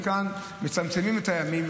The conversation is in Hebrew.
כאן מצמצמים את הימים,